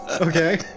Okay